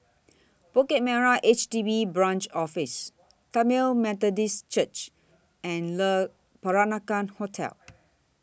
Bukit Merah H D B Branch Office Tamil Methodist Church and Le Peranakan Hotel